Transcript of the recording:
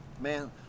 man